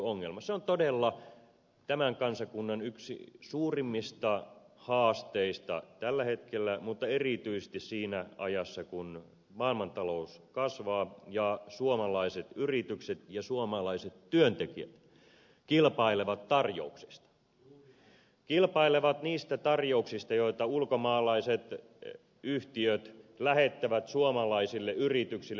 se on todella tämän kansakunnan yksi suurimmista haasteista tällä hetkellä mutta erityisesti siinä ajassa kun maailmantalous kasvaa ja suomalaiset yritykset ja suomalaiset työntekijät kilpailevat niistä tarjouksista joita ulkomaalaiset yhtiöt lähettävät suomalaisille yrityksille